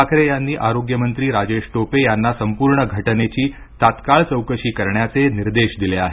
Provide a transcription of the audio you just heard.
ठाकरे यांनी आरोग्य मंत्री राजेश टोपे यांना संपूर्ण घटनेची तात्काळ चौकशी करण्याचे निर्देश दिले आहेत